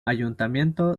ayuntamiento